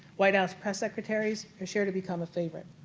white house press secretaries is sure to become a favorite.